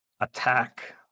attack